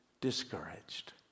discouraged